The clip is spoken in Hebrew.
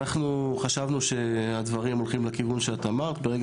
אנחנו חשבנו שהדברים הולכים לכיוון שאת אמרת ברגע